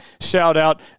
shout-out